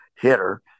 hitter